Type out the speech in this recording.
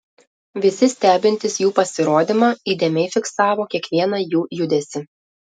visi stebintys jų pasirodymą įdėmiai fiksavo kiekvieną jų judesį